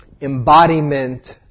embodiment